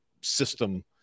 system